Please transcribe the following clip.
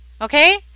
Okay